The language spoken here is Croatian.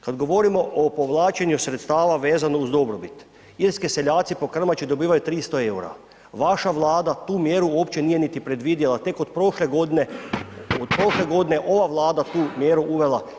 Kada govorimo o povlačenju sredstava, vezano uz dobrobit, irski seljaci, po krmači dobivaju 300 eura, vaša vlada tu mjeru uopće nije niti predvidjela, tek od prošle godine ova vlada je tu mjeru uvela.